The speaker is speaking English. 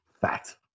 Fact